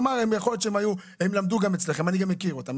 הם גם למדו אצלכם, אני גם מכיר אותם.